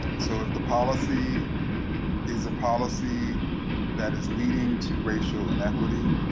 so, if the policy is a policy that is leading to racial inequity,